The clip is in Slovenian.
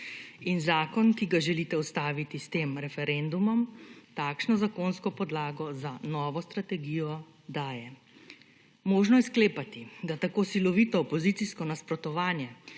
In zakon, ki ga želite ustaviti s tem referendumom takšno zakonsko podlago za novo strategijo daje. Možno je sklepati, da tako silovito opozicijsko nasprotovanje